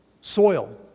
soil